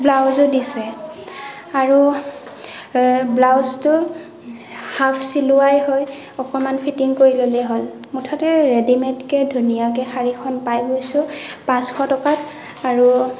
ব্লাউজো দিছে আৰু ব্লাউজটো হাফ চিলোৱাই হয় অকমান ফিটিং কৰি ল'লেই হ'ল মুঠতে ৰেডিমেটকে ধুনীয়াকে শাড়ীখন পাই গৈছোঁ পাঁচশ টকাত আৰু